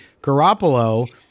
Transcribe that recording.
Garoppolo